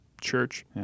church